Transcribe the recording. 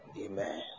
Amen